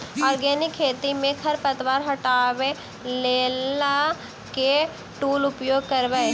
Organic खेती मे खरपतवार हटाबै लेल केँ टूल उपयोग करबै?